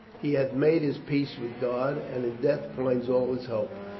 he hath made his peace with god and in death finds all his hope.